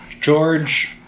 George